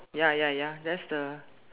ya ya ya that's the